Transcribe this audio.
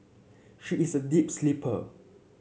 she is a deep sleeper